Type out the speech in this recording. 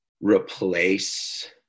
replace